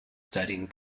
studying